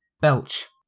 belch